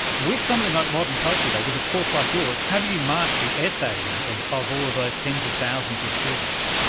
with something like modern poetry though, with a course like yours, how do you mark the essays of of all of those tens of thousands of students?